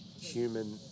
human